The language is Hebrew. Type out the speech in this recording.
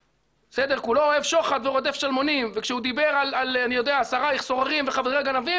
"כלו אהב שחד ורדף שלמנים" וכשהוא דיבר על "שריך סוררים וחברי גנבים",